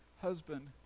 husband